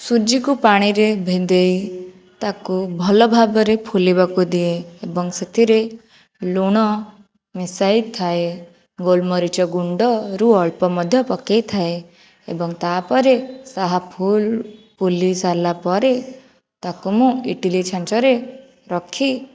ସୁଜିକୁ ପାଣିରେ ଭିଦେଇ ତାକୁ ଭଲ ଭାବରେ ଫୁଲିବାକୁ ଦିଏ ଏବଂ ସେଥିରେ ଲୁଣ ମିଶାଇ ଥାଏ ଗୋଲମରୀଚ ଗୁଣ୍ଡରୁ ଅଳ୍ପ ମଧ୍ୟ ପକାଇଥାଏ ଏବଂ ତାପରେ ତାହା ଫୁଲ ଫୁଲି ସାରିଲା ପରେ ତାକୁ ମୁଁ ଇଟିଲି ଛାଞ୍ଚରେ ରଖି